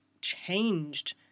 changed